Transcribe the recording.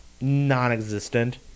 non-existent